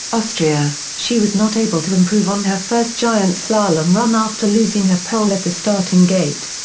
austria, she was not able to improve on her first giant slalom run after losing her pole at the starting gate.